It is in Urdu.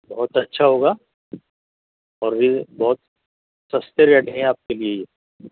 بہت اچھا ہوگا اور یہ بہت سستے ریٹ ہیں آپ کے لیے یہ